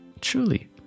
Truly